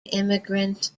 immigrants